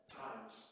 times